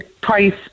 price